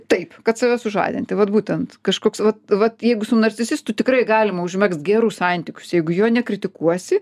taip kad save sužadinti vat būtent kažkoks vat vat jeigu su narcisistu tikrai galima užmegzt gerus santykius jeigu jo nekritikuosi